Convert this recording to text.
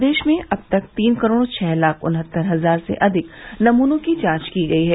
प्रदेश में अब तक तीन करोड़ छह लाख उन्हत्तर हजार से अधिक नमूनों की जांच की गई है